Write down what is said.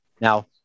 Now